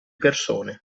persone